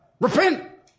Repent